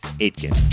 Aitken